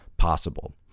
possible